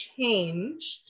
changed